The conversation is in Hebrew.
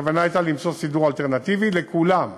הכוונה הייתה למצוא סידור אלטרנטיבי לכולם.